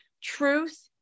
truth